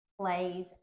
plays